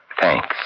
thanks